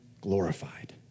glorified